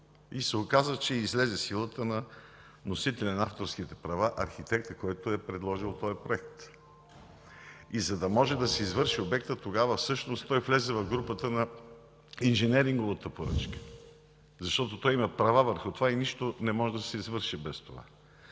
се, че излезе силата на носителя на авторските права – архитектът, който е предложил този проект. За да може да се извърши обектът, тогава той всъщност влезе в групата на инженеринговата поръчка, защото той има права върху това и нищо не може да се извърши без това.